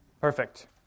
Perfect